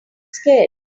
scared